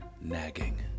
nagging